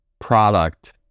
product